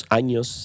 años